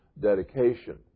dedication